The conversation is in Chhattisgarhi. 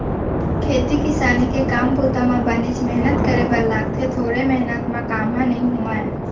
खेती किसानी के काम बूता म बनेच मेहनत करे बर लागथे थोरे मेहनत म काम ह नइ होवय